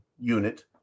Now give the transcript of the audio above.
unit